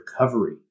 recovery